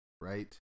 right